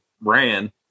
ran